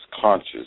conscious